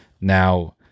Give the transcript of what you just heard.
now